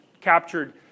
captured